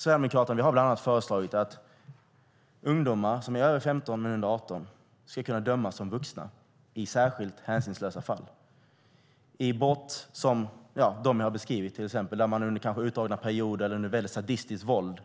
Sverigedemokraterna har bland annat föreslagit att ungdomar som är över 15 men under 18 år ska kunna dömas som vuxna i särskilt hänsynslösa fall, till exempel brott som jag har beskrivit där man kanske under utdragna perioder eller med väldigt sadistiskt våld